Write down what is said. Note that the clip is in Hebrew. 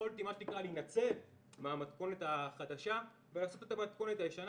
ויכולתי "להינצל" מהמתכונת החדשה ולעשות את המתכונת הישנה